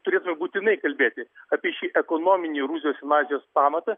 turėtumėm būtinai kalbėti apie šį ekonominį rusijos invazijos pamatą